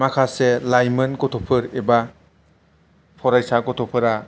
माखासे लाइमोन गथ'फोर एबा फरायसा गथ'फोरा